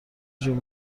جون